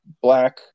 black